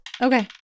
Okay